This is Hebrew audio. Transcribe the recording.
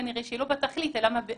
אז הבעיה כנראה לא בתכלית, אלא במידתיות.